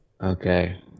Okay